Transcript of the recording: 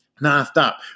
non-stop